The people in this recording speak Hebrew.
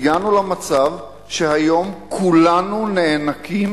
הגענו למצב שהיום כולנו נאנקים